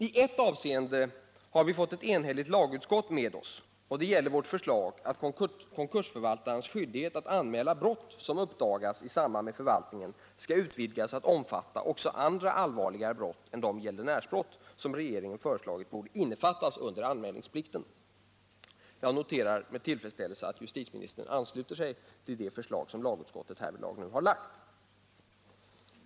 I ett avseende har vi fått ett enhälligt lagutskott med oss, och det gäller vårt förslag att konkursförvaltarens skyldighet att anmäla brott som uppdagas i samband med förvaltningen skall utvidgas att omfatta också andra allvarligare brott än de gäldenärsbrott som regeringen föreslagit borde omfattas av anmälningsplikten. Jag noterar med tillfredsställelse att justitieministern ansluter sig till det förslag som lagutskottet härvidlag lagt.